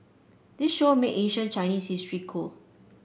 the show made ancient Chinese history cool